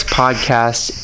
podcast